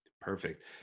Perfect